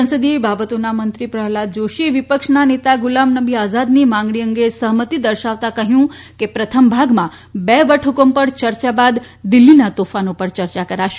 સંસદીય બાબતોના મંત્રી પ્રહલાદ જોષીએ વિપક્ષના નેતા ગુલામનબી આઝાદની માંગણી અંગે સહમતિ દર્શાવતા કહ્યું કે પ્રથમ ભાગમાં બે વટહકમ પર ચર્ચા બાદ દિલ્હીના તોફાનો પર ચર્ચા કરાશે